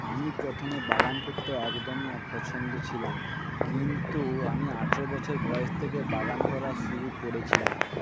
আমি প্রথমে বাগান করতে একদমই অপছন্দ ছিলাম কিন্তু আমি আঠেরো বছর বয়স থেকে বাগান করা শুরু করেছিলাম